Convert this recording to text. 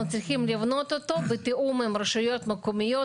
אנחנו צריכים לבנות אותו בתיאום עם רשויות מקומיות,